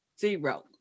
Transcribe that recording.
zero